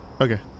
Okay